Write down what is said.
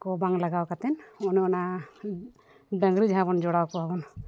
ᱠᱚ ᱵᱟᱝ ᱞᱟᱜᱟᱣ ᱠᱟᱛᱮᱫ ᱚᱱᱮ ᱚᱱᱟ ᱰᱟᱝᱨᱤ ᱡᱟᱦᱟᱸᱵᱚᱱ ᱡᱚᱲᱟᱣ ᱠᱚᱣᱟ ᱵᱚᱱ